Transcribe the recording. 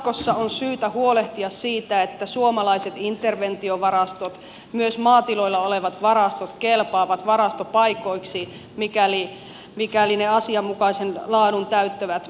jatkossa on syytä huolehtia siitä että suomalaiset interventiovarastot myös maatiloilla olevat varastot kelpaavat varastopaikoiksi mikäli ne asianmukaisen laadun täyttävät